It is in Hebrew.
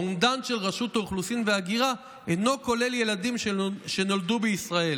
האומדן של רשות האוכלוסין וההגירה אינו כולל ילדים שנולדו בישראל,